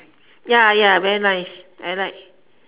ya ya very nice I like